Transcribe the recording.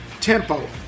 tempo